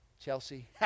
Chelsea